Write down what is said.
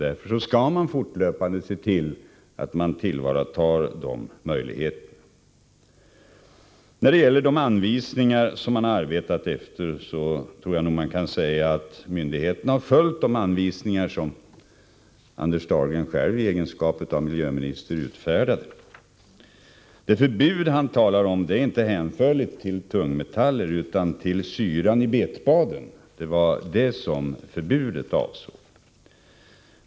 Därför skall man fortlöpande se till att tillvarata de möjligheterna. När det gäller de anvisningar som man har arbetat efter tror jag att det är riktigt att säga att myndigheterna har följt de anvisningar som Anders Dahlgren själv i egenskap av miljöminister utfärdade. Det förbud han talar om är inte hänförligt till tungmetaller utan till syran i betbaden. Det var detta som förbudet avsåg.